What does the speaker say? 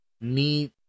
need